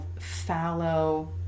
fallow